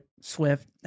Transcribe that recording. Swift